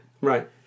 Right